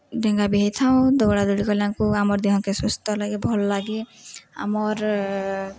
ଢେଙ୍ଗା ବି ହେଇଥାଉ ଦୌଡ଼ାଦୌଡ଼ି କଲେ ଆମ୍କୁ ଆମର୍ ଦେହକେ ସୁସ୍ଥ ଲାଗେ ଭଲ୍ ଲାଗେ ଆମର୍